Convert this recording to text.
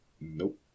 Nope